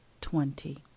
twenty